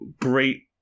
great